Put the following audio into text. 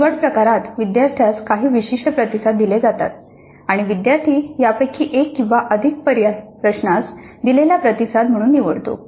निवड प्रकारात विद्यार्थ्यास काही विशिष्ट प्रतिसाद दिले जातात आणि विद्यार्थी यापैकी एक किंवा अधिक पर्याय प्रश्नास दिलेला प्रतिसाद म्हणून निवडतो